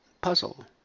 puzzle